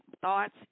thoughts